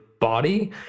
body